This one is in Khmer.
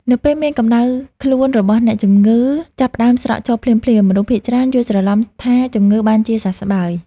នៅពេលដែលកម្តៅខ្លួនរបស់អ្នកជំងឺចាប់ផ្តើមស្រកចុះភ្លាមៗ មនុស្សភាគច្រើនយល់ច្រឡំថាជំងឺបានជាសះស្បើយ។